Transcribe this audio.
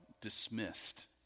dismissed